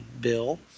bill